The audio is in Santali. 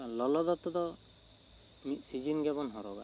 ᱞᱚᱞᱚ ᱫᱚᱛᱚ ᱫᱚ ᱢᱤᱫ ᱥᱤᱡᱤᱱ ᱜᱮᱵᱚᱱ ᱦᱚᱨᱚᱜᱟ